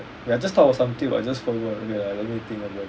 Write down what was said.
I just thought about something but I just forgot wait ah let me think a bit